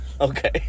Okay